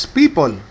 people